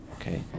Okay